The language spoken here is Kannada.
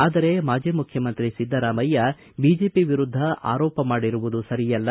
ಆದರೆ ಮಾಜಿ ಮುಖ್ಯಮಂತ್ರಿ ಸಿದ್ದರಾಮಯ್ಯ ಬಿಜೆಪಿ ವಿರುದ್ಧ ಆರೋಪ ಮಾಡಿರುವುದು ಸರಿಯಲ್ಲ